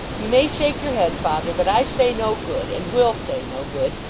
you may shake your head, father, but i say no good, and will say no good,